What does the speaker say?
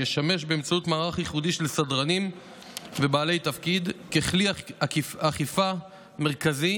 שישמש באמצעות מערך ייחודי של סדרנים ובעלי תפקיד כלי אכיפה מרכזי